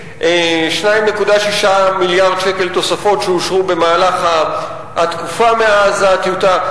2.6 מיליארד שקלים תוספות שאושרו במהלך התקופה מאז הטיוטה.